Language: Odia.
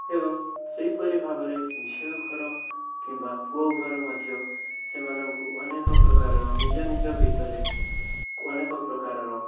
ଏବଂ ସେହିପରି ଭାବରେ ଝିଅଘର କିମ୍ବା ପୁଅଘର ମଧ୍ୟ ସେମାନଙ୍କୁ ଅନେକପ୍ରକାର ନିଜ ନିଜ ଭିତରେ ଅନେକପ୍ରକାରର